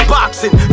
Boxing